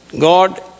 God